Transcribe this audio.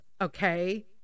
okay